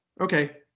Okay